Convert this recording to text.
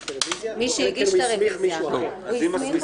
כשתתכנס כנסת